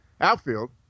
outfield